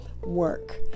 work